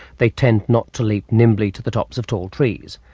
they tend not to leap nimbly to the top of tall trees.